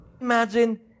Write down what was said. Imagine